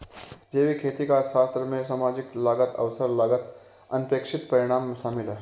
जैविक खेती का अर्थशास्त्र में सामाजिक लागत अवसर लागत अनपेक्षित परिणाम शामिल है